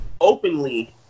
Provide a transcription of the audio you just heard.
Openly